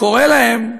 וקורא להם,